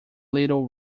little